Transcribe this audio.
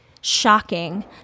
shocking